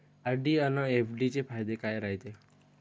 RD अन FD चे फायदे काय रायते?